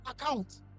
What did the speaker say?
account